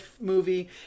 movie